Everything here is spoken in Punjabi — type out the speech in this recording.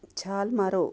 ਛਾਲ ਮਾਰੋ